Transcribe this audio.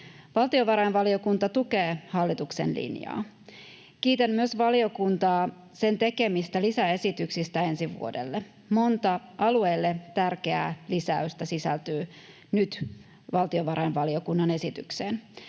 Valtiovarainvaliokunta tukee hallituksen linjaa. Kiitän myös valiokuntaa sen tekemistä lisäesityksistä ensi vuodelle. Monta alueelle tärkeää lisäystä sisältyy nyt valtiovarainvaliokunnan esitykseen.